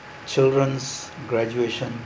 children's graduation